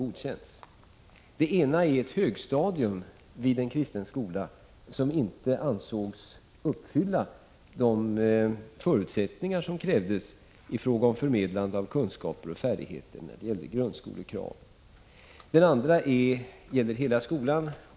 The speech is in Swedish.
I det ena fallet rör det sig om ett högstadium vid en kristen skola, som inte ansågs uppfylla de krav som ställs i fråga om förmedlande av kunskaper och färdigheter när det gäller grundskolan. Det andra fallet gäller en hel skola.